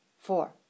four